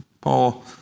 Paul